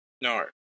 No